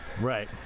Right